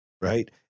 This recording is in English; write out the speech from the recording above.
Right